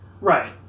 Right